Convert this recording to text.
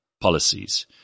policies